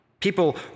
People